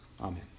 Amen